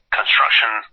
construction